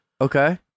Okay